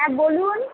হ্যাঁ বলুন